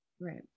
Right